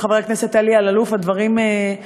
אף-על-פי שבניצוחו של חבר הכנסת אלי אלאלוף הדברים רצים,